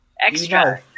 extra